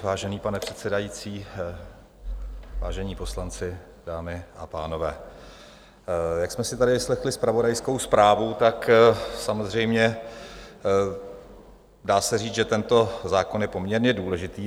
Vážený pane předsedající, vážení poslanci, dámy a pánové, jak jsme si tady vyslechli zpravodajskou zprávu, tak samozřejmě dá se říct, že tento zákon je poměrně důležitý.